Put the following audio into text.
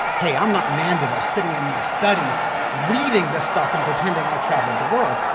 hey, i'm not mandeville sitting in my study reading this stuff and pretending i traveled the world.